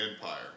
Empire